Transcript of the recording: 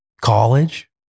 college